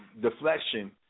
deflection